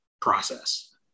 process